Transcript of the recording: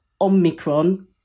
Omicron